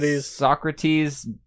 Socrates